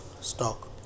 stock